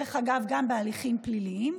דרך אגב, גם בהליכים פליליים.